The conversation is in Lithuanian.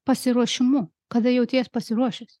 pasiruošimu kada jauties pasiruošęs